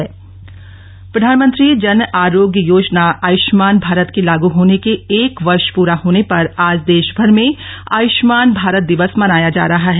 PM जन आरोग्य प्रधानमंत्री जन आरोग्य योजना आयुष्मान भारत के लागू होने के एक वर्ष पूरा होने पर आज देश भर में आयुष्मान भारत दिवस मनाया जा रहा है